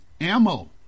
ammo